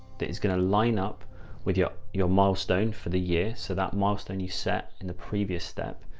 that is going to line up with your, your milestone for the year. so that milestone you set in the previous step,